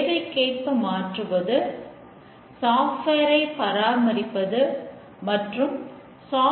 இதை நான் இந்த வரைபடத்தில் குறிப்பிட்டுள்ளேன்